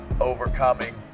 Overcoming